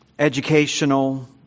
educational